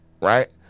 right